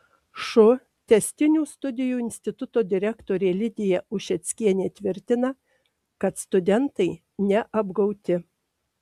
šu tęstinių studijų instituto direktorė lidija ušeckienė tvirtina kad studentai neapgauti